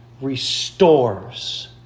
restores